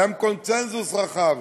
קיים קונסנזוס רחב,